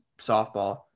softball